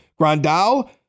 Grandal